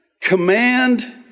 command